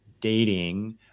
dating